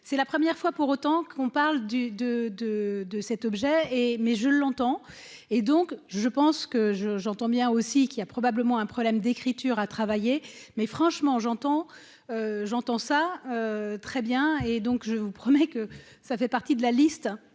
c'est la première fois, pour autant qu'on parle du de, de, de cet objet et mais je l'entends et donc je pense que je j'entends bien aussi qu'il a probablement un problème d'écriture à travailler, mais franchement j'entends, j'entends ça très bien, et donc je vous promets que ça fait partie de la liste